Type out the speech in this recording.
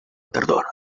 tardor